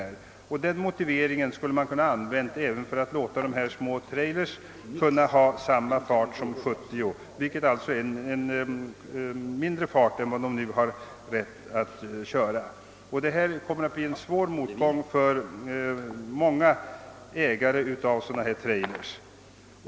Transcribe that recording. Den motiveringen skulle utskottet kunnat ha använt för att sätta hastigheten för små trailers till 70 kilometer, vilket är lägre fart än de nu har rätt att köra med. Det kommer att bli en svår motgång för många ägare av sådana trailers.